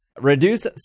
Reduce